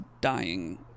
dying